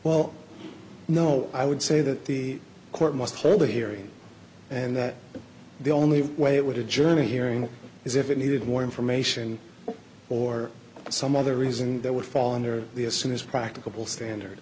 well no i would say that the court must clearly hearing and that the only way it would a german hearing is if it needed more information or some other reason that would fall under the as soon as practicable standard